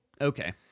Okay